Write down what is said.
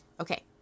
Okay